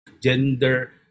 gender